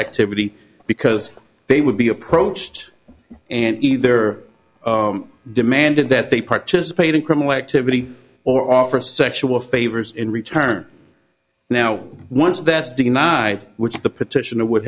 activity because they would be approached and either demanded that they participate in criminal activity or offer sexual favors in return now once that's deny which the petitioner would